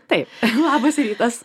taip labas rytas